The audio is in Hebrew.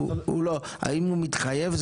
האם הוא מתחייב?